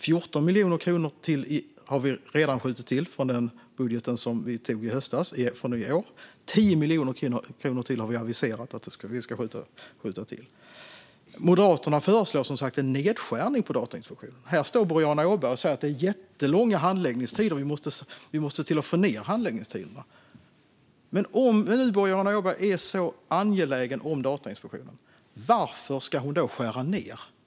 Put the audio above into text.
Vi har redan skjutit till 14 miljoner från årets budget, som vi antog i höstas, och 10 miljoner till har vi aviserat. Moderaterna föreslår som sagt en nedskärning på Datainspektionen. Boriana Åberg säger att det är jättelånga handläggningstider och att vi måste få ned handläggningstiderna. Men om nu Boriana Åberg är så angelägen om Datainspektionen, varför vill hon då skära ned?